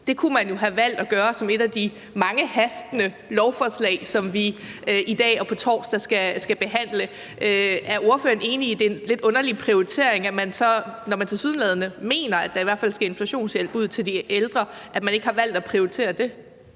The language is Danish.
Det kunne man jo have valgt at gøre som et af de mange hastende lovforslag, som vi i dag og på torsdag skal behandle. Er ordføreren enig i, at det er en lidt underlig prioritering, når man tilsyneladende mener, at der skal inflationshjælp ud til de ældre, at man ikke har valgt at prioritere det?